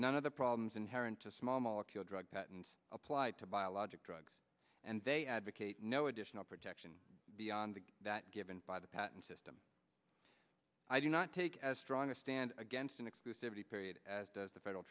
none of the problems inherent to small molecule drug patents applied to biologic drugs and they advocate no additional protection beyond that given by the patent system i do not take as strong a stand against an exclusivity period as does the federal